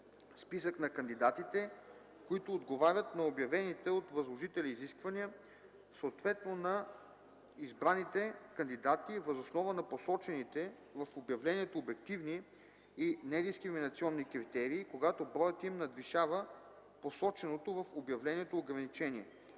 списък на кандидатите, които отговарят на обявените от възложителя изисквания, съответно на избраните кандидати въз основа на посочените в обявлението обективни и недискриминационни критерии – когато броят им надвишава посоченото в обявлението ограничение;